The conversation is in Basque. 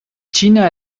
txina